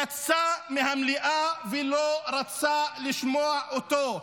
יצא מהמליאה ולא רצה לשמוע אותו.